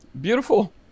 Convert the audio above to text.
beautiful